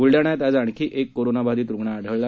बुलडाण्यात आज आणखी एक कोरोनाबाधित रुग्ण आढळला